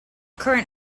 current